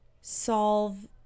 solve